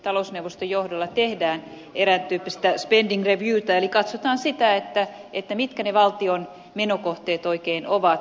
talousneuvoston johdolla tehdään erään tyyppistä spending reviewta eli katsotaan sitä mitkä ne valtion menokohteet oikein ovat